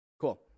Cool